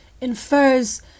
infers